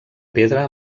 pedra